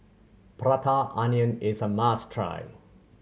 Prata Onion is a must try